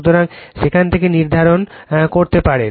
সুতরাং সেখান থেকে নির্ধারণ করতে পারেন